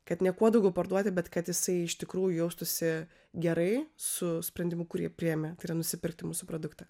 kad ne kuo daugiau parduoti bet kad jisai iš tikrųjų jaustųsi gerai su sprendimu kurį priėmė tai yra nusipirkti mūsų produktą